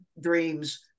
dreams